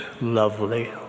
lovely